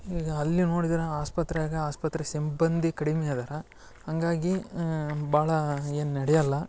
ಈಗ ಅಲ್ಲಿ ನೋಡಿದ್ರ ಆಸ್ಪತ್ರ್ಯಾಗ ಆಸ್ಪತ್ರೆ ಸಿಬ್ಬಂದಿ ಕಡಿಮೆ ಅದರ ಹಾಗಾಗಿ ಭಾಳ ಏನು ನಡಿಯಲ್ಲ